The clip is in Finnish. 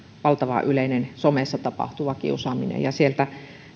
valtavan yleiseen somessa tapahtuvaan kiusaamiseen ja sieltä